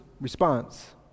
response